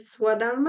swadharma